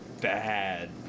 bad